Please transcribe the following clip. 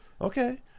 Okay